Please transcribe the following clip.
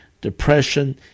depression